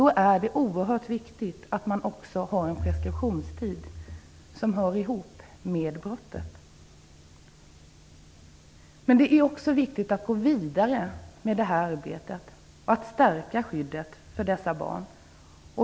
Då är det mycket viktigt att man har en preskriptionstid som hör ihop med brottet. Det är angeläget att gå vidare i arbetet med att stärka skyddet för dessa barn.